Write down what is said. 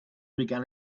began